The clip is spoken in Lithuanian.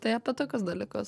tai apie tokius dalykus